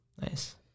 Nice